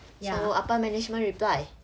so apa management reply